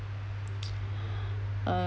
um